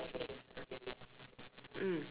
mm